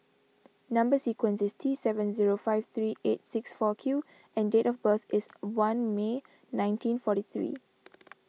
Number Sequence is T seven zero five three eight six four Q and date of birth is one May nineteen forty three